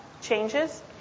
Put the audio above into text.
changes